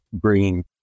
green